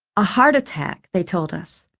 a heart attack, they told us.